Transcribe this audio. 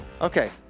Okay